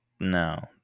No